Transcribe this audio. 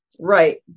Right